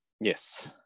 Yes